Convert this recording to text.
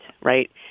right